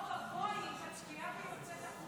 חברי הכנסת,